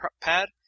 Pad